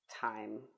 time